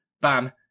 Bam